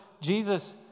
Jesus